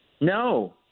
No